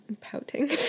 pouting